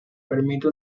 permite